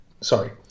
Sorry